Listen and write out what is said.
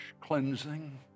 cleansing